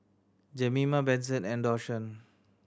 Jemima Benson and Dashawn